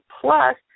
Plus